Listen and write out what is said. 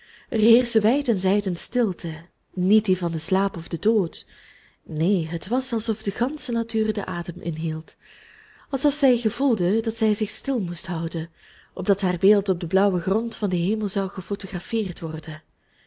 wijd en zijd een stilte niet die van den slaap of den dood neen het was alsof de gansche natuur den adem inhield alsof zij gevoelde dat zij zich stil moest houden opdat haar beeld op den blauwen grond van den hemel zou gephotographeerd worden